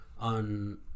on